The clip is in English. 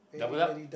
double up